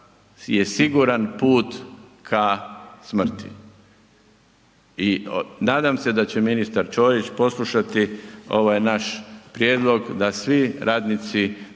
je siguran put ka smrti. I nadam se da će ministar Ćorić poslušati ovaj naš prijedlog da svi radnici